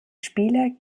spieler